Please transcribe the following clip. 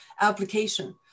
application